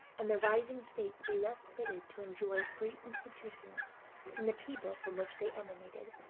and the rising states be less fitted to enjoy free institutions than the people from which they emanated.